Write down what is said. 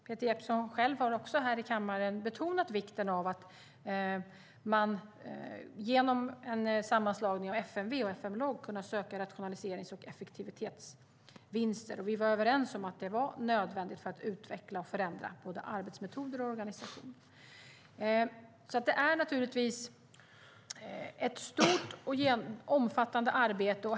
Peter Jeppsson har också själv här i kammaren betonat vikten av att man genom en sammanslagning av FMV och FMLOG ska kunna söka rationaliserings och effektivitetsvinster. Vi var överens om att det var nödvändigt för att utveckla och förändra både arbetsmetoder och organisation. Detta är ett stort och omfattande arbete.